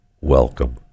welcome